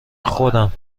خودم